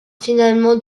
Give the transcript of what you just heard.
finalement